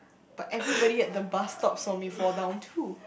but everybody at the bus stop saw me fall down too